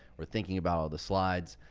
we're thinking about all the slides.